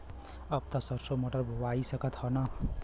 अब त सरसो मटर बोआय सकत ह न?